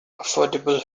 affordable